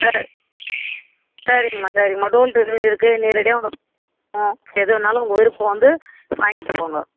சரி சரிங்கம்மா சரிங்கம்மா டோர் டெலிவரி இருக்குது நேரடியாக வாங்கலாம் எதுவேண்ணாலும் உங்கள் விருப்பம் வந்து வாங்கிகிட்டு போங்க